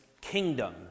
kingdom